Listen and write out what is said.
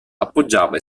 appoggiava